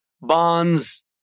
bonds